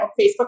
facebook